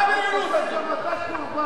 מה, אז גם אתה מנוול.